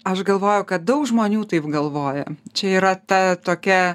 aš galvoju kad daug žmonių taip galvoja čia yra ta tokia